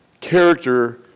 Character